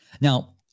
Now